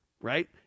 right